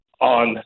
on